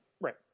right